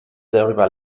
darüber